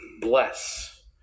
bless